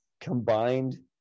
combined